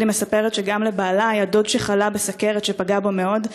שלי מספרת שגם לבעלה היה דוד שחלה בסוכרת שפגעה בו מאוד,